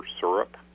syrup